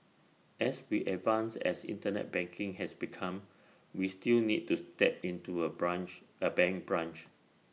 as we advanced as Internet banking has become we still need to step into A branch A bank branch